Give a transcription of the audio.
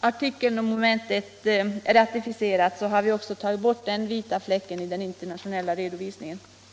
artikel 4 mom. 4 skulle vi också ta bort den vita fläcken i den internationella redovisningen.